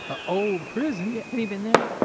a old prison yeah have you been there?